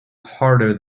harder